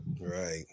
right